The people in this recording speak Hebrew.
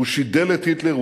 הוא שידל את היטלר,